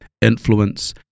influence